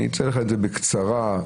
אני אתאר לך את זה בקצרה כדוגמה.